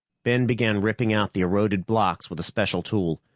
ben began ripping out the eroded blocks with a special tool.